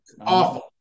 awful